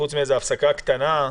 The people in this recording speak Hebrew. פרט להפסקה קטנה,